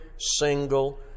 single